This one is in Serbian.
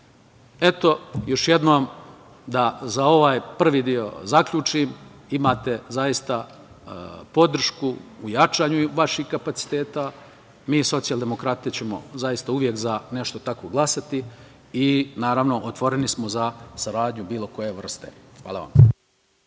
još jednom, da za ovaj prvi deo zaključim, imate zaista podršku u jačanju vaših kapaciteta. Mi iz Socijaldemokratije ćemo zaista uvek za nešto tako glasati i, naravno, otvoreni smo za saradnju bilo koje vrste. Hvala vam.